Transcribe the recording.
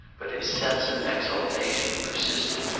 but his sense of exultation persisted.